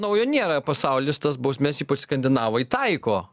naujo nėra pasaulis tas bausmes ypač skandinavai taiko